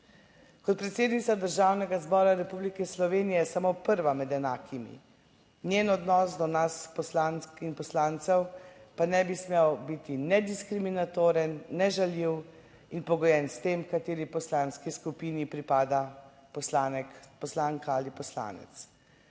Kot predsednica Državnega zbora Republike Slovenije je samo prva med enakimi, njen odnos do nas, poslank in poslancev, pa ne bi smel biti ne diskriminatoren, ne žaljiv in pogojen s tem, kateri poslanski skupini pripada poslanka ali poslanec,